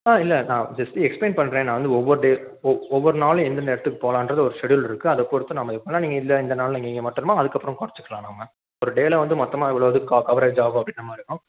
ஆ இல்லை நான் just explain பண்ணுறேன் நான் வந்து ஒவ்வொரு டே ஒவ் ஒவ்வொரு நாளும் எந்தெந்த இடத்துக்குப் போகலான்றது ஒரு ஷெடியூல் இருக்குது அதைப் பொறுத்து நாம் இது பண்ணலாம் நீங்கள் இல்லை இந்த நாளில் இங்கங்கே மாற்றணுமோ அதுக்கப்புறம் கொறைச்சிக்கலாம் நாம் ஒரு டேவில் வந்து மொத்தமாக இவ்வளோ இது க கவரேஜ் ஆகும் அப்படின்ற மாதிரி இருக்கும்